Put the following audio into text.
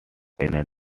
energy